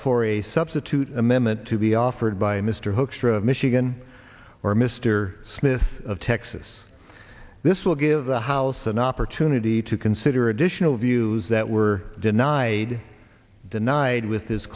for a substitute amendment to be offered by mr hoekstra of michigan or mr smith of texas this will give the house an opportunity to consider additional views that were denied denied with this